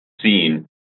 seen